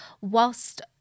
whilst